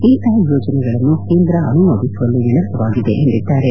ಇಂತಹ ಯೋಜನೆಗಳನ್ನು ಕೇಂದ್ರ ಅನುಮೋದಿಸುವಲ್ಲಿ ವಿಳಂಬವಾಗಿದೆ ಎಂದಿದ್ದಾರೆ